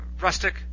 rustic